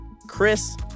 Chris